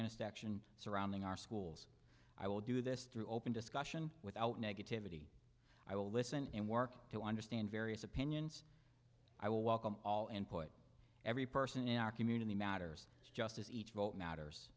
intersection surrounding our schools i will do this through open discussion without negativity i will listen and work to understand various opinions i will welcome all input every person in our community matters just as each vote matters